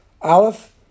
Aleph